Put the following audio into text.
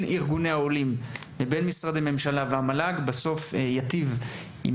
ארגוני העולים לבין משרדי הממשלה והמל"ג תיטיב עם